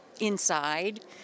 inside